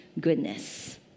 Goodness